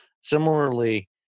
Similarly